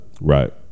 Right